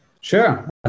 Sure